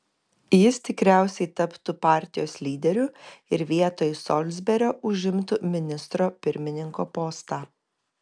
jis tikriausiai taptų partijos lyderiu ir vietoj solsberio užimtų ministro pirmininko postą